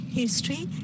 history